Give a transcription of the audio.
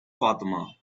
fatima